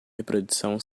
reprodução